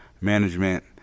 management